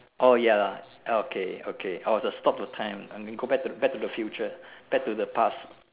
oh ya lah okay okay or to stop the time and then go back to the back to the future back to the past